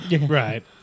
Right